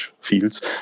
fields